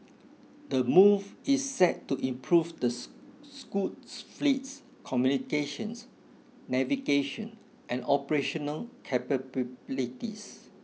the move is set to improve the Scoot fleet's communications navigation and operational capabilities